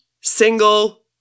single